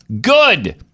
Good